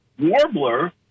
warbler